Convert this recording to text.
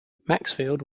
maxfield